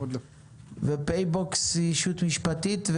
"פייבוקס" היא ישות משפטית?